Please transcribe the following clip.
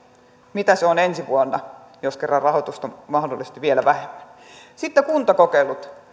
mitä se on ensi vuonna jos kerran rahoitusta on mahdollisesti vielä vähemmän sitten kuntakokeilut